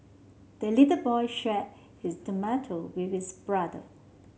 the little boy shared his tomato with his brother